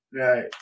right